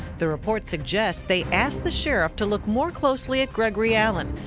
the reports suggest they asked the sheriff to look more closely at gregory allen,